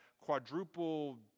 quadruple